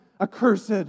Accursed